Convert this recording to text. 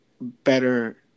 better –